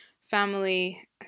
family